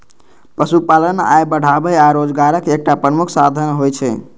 पशुपालन आय बढ़ाबै आ रोजगारक एकटा प्रमुख साधन होइ छै